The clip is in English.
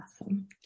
Awesome